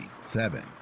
Seven